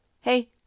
Hey